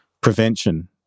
prevention